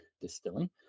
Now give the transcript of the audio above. distilling